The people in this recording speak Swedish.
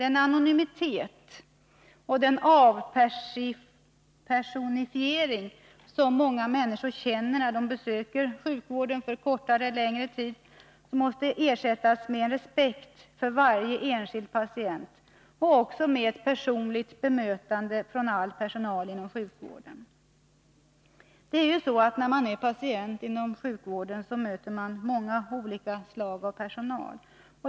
Den anonymitet och den avpersonifiering som många människor känner när de anlitar sjukvården för kortare eller längre tid måste ersättas med en respekt för varje enskild patient och även med ett personligt bemötande från all personal inom sjukvården. När man är patient möter man många olika slag av personal.